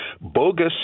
bogus